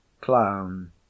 Clown